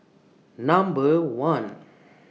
Number one